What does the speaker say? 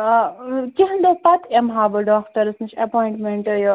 آ کیٚنٛہہ دۄہ پَتہٕ اِمہٕ ہا بہٕ ڈاکٹرَس نِش ایپوایِنٛٹ مٮ۪نٛٹہٕ یہِ